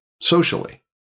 socially